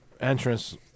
Entrance